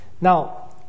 Now